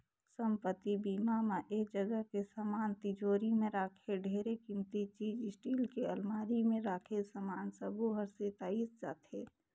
संपत्ति बीमा म ऐ जगह के समान तिजोरी मे राखे ढेरे किमती चीच स्टील के अलमारी मे राखे समान सबो हर सेंइताए जाथे